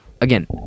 again